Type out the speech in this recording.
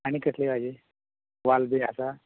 आनीक कसली भाजी वाल बी आसा